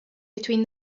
between